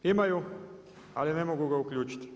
Imaju ali ne mogu ga uključiti.